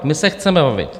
My se chceme bavit.